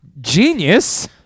Genius